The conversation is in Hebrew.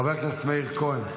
חבר הכנסת מאיר כהן.